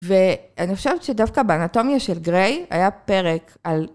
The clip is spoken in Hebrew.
ואני חושבת שדווקא באנטומיה של גריי היה פרק על...